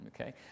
okay